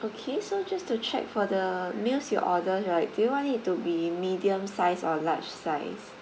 okay so just to check for the meals you order right do you want it to be medium size or large size